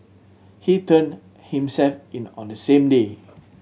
he turned himself in on the same day